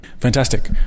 fantastic